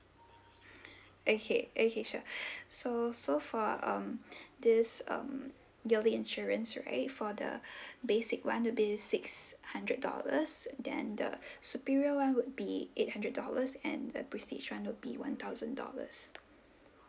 okay okay sure so so for um this um yearly insurance right for the basic [one] will be six hundred dollars then the superio[one]ne would be eight hundred dollars and the prest[one] one would be one thousand dollars